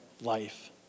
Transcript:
life